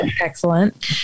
Excellent